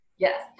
Yes